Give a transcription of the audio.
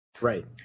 Right